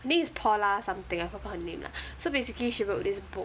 this paula something I forgot her name lah so basically she wrote this book